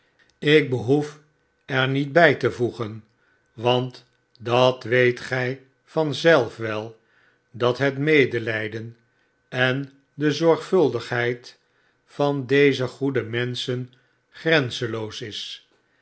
ik behoef er niet bij te voegen want dat weet gij van zelf wel dat het medelijden en de zorgvuldigheid van deze goede menschen grenzeloos zijn